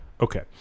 Okay